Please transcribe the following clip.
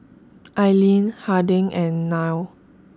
Aileen Harding and Nile